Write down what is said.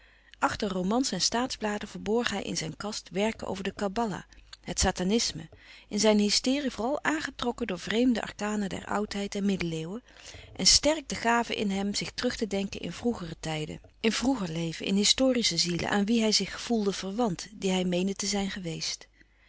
achter romans en staatsbladen verborg hij in zijn kast werken over de kabbala het satanisme in louis couperus van oude menschen de dingen die voorbij gaan zijne hysterie vooral aangetrokken door vreemde arkanen der oudheid en middeleeuwen en sterk de gave in hem zich terug te denken in vroegere tijden in vroeger leven in historische zielen aan wie hij zich voelde verwant die hij meende te zijn geweest